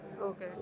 Okay